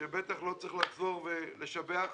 שבטח לא צריך לחזור ולשבח אותו.